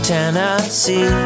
Tennessee